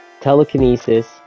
telekinesis